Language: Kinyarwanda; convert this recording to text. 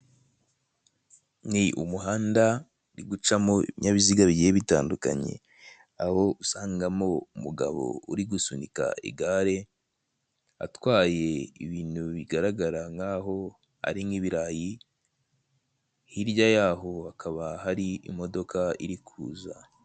Ni umuhanda uri gucamo ibinyabiziga bigiye bitandukanye, aho usangamo umugabo uri gusunika igare atwaye ibintu bigaragara nkaho arink'ibirayi, hirya yaho hakaba hari imodoka iri kuza.